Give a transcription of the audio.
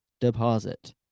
deposit